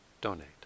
donate